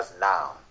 now